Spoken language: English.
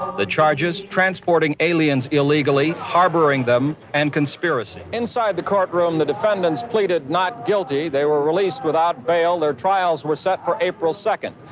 the charges transporting aliens illegally, harboring them and conspiracy inside the courtroom, the defendants pleaded not guilty. they were released without bail. their trials were set for april second.